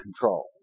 control